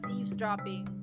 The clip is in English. eavesdropping